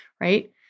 right